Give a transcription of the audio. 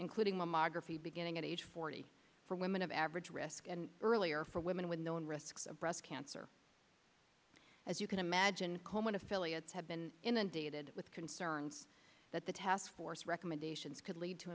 including mammography beginning at age forty for women of average risk and earlier for women with known risks of breast cancer as you can imagine komen affiliates have been inundated with concerns that the task force recommendations could lead to